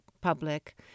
public